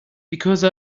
because